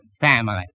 family